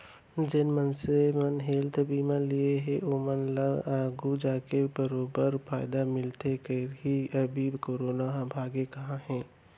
जेन मनसे मन हेल्थ बीमा लिये हें ओमन ल आघु जाके बरोबर फायदा मिलबेच करही, अभी करोना ह भागे कहॉं हे?